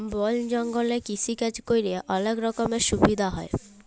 বল জঙ্গলে কৃষিকাজ ক্যরে অলক রকমের সুবিধা হ্যয়